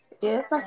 Yes